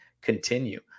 continue